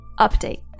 Update